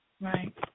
Right